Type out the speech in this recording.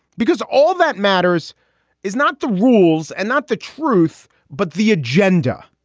because all that matters is not the rules and not the truth, but the agenda.